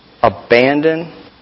abandon